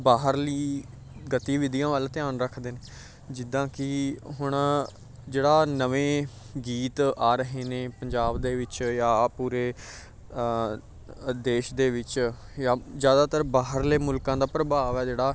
ਬਾਹਰਲੀ ਗਤੀਵਿਧੀਆਂ ਵੱਲ ਧਿਆਨ ਰੱਖਦੇ ਨੇ ਜਿੱਦਾਂ ਕਿ ਹੁਣ ਜਿਹੜਾ ਨਵੇਂ ਗੀਤ ਆ ਰਹੇ ਨੇ ਪੰਜਾਬ ਦੇ ਵਿੱਚ ਜਾਂ ਪੂਰੇ ਅ ਦੇਸ਼ ਦੇ ਵਿੱਚ ਜਾਂ ਜ਼ਿਆਦਾਤਰ ਬਾਹਰਲੇ ਮੁਲਕਾਂ ਦਾ ਪ੍ਰਭਾਵ ਹੈ ਜਿਹੜਾ